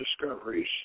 discoveries